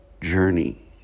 journey